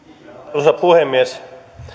arvoisa puhemies